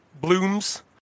blooms